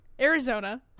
arizona